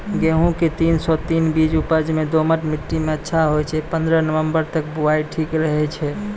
गेहूँम के तीन सौ तीन बीज उपज मे दोमट मिट्टी मे अच्छा होय छै, पन्द्रह नवंबर तक बुआई ठीक रहै छै